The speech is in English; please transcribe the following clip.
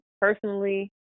personally